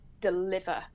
deliver